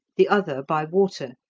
the other by water,